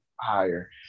higher